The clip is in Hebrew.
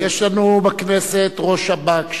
יש לנו בכנסת ראש שב"כ,